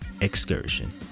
excursion